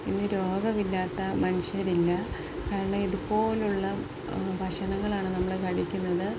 ഇന്ന് രോഗമില്ലാത്ത മനുഷ്യരില്ല കാരണം ഇതുപോലെയുള്ള ഭക്ഷണങ്ങളാണ് നമ്മള് കഴിക്കുന്നത്